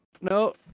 no